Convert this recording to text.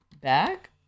Back